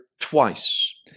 Twice